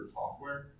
software